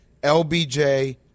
LBJ